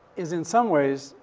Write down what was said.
is, in some ways,